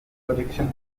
projection